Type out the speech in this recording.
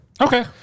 Okay